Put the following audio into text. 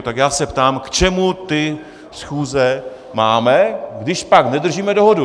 Tak já se ptám, k čemu ty schůze máme, když pak nedržíme dohodu.